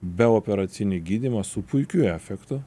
beoperacinį gydymą su puikiu efektu